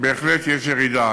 בהחלט יש ירידה.